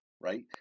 Right